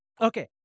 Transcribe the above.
Okay